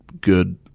good